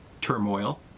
turmoil